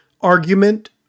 argument